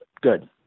good